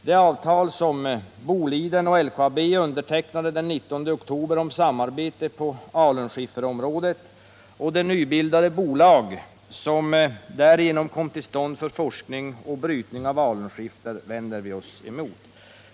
Det avtal som Boliden och LKAB undertecknade den 19 oktober om samarbete på alunskifferområdet och det nybildade bolag som därigenom kom till stånd för forskning och brytning av alunskiffer vänder vi oss emot.